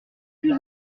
plus